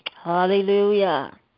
Hallelujah